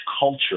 culture